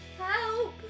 Help